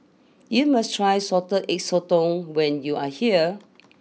you must try Salted Egg Sotong when you are here